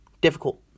difficult